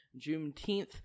Juneteenth